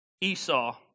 Esau